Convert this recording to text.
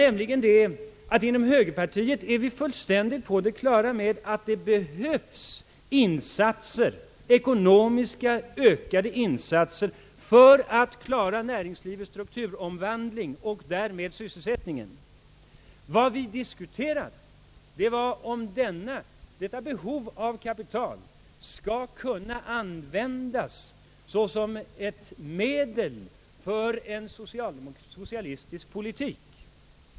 Därav framgår att vi inom högerpartiet är fullt på det klara med att det behövs ökade ekonomiska insatser för att klara näringslivets strukturomvandling och därmed sysselsättningen. Vad vi diskuterade var frågan om huruvida detta behov av kapital skall kunna användas som ett medel för en socialistisk politik.